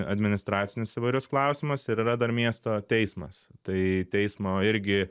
administracinius įvairius klausimus ir yra dar miesto teismas tai teismo irgi